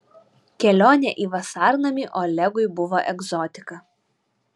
kelionė į vasarnamį olegui buvo egzotika